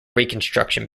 reconstruction